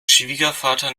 schwiegervater